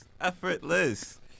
Effortless